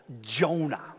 Jonah